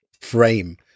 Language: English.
frame